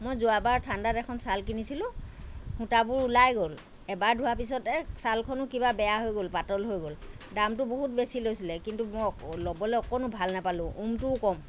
মই যোৱাবাৰ ঠাণ্ডাত এখন ছাল কিনিছিলোঁ সূতাবোৰ ওলাই গ'ল এবাৰ ধোৱাৰ পিছতে ছালখনো কিবা বেয়া হৈ গ'ল পাতল হৈ গ'ল দামটো বহুত লৈছিলে কিন্তু মই ল'বলৈ অকণো ভাল নাপালোঁ উমটোও কম